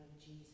Jesus